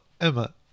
Emma